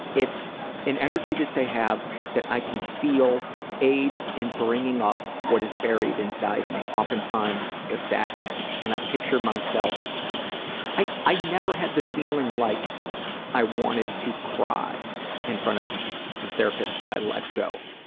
it's an energy that they have that i can feel aids in bringing up what is buried inside me, oftentimes a sadness. and i picture myself i i never had the feeling like i wanted to cry in front the therapist that i let go.